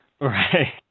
Right